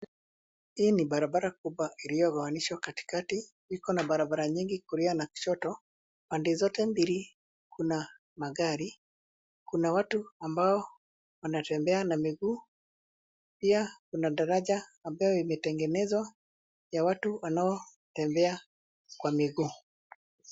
Hii ni barabara kubwa iliyogawanyishwa katikati; iko na barabara nyingi kulia na kushoto, pande zote mbili kuna magari. Kuna watu ambao wanatembea na miguu, pia kuna daraja ambayo imetengenezwa ya watu wanaotembea kwa miguu.